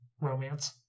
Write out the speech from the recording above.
romance